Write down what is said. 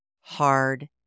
hard